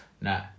No